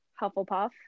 Hufflepuff